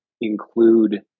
include